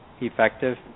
Effective